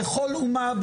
לכל אומה,